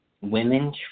women